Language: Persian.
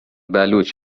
بلوچ